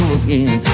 again